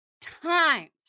times